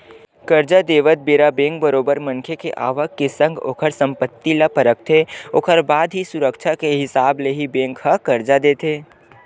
करजा देवत बेरा बेंक बरोबर मनखे के आवक के संग ओखर संपत्ति ल परखथे ओखर बाद ही सुरक्छा के हिसाब ले ही बेंक ह करजा देथे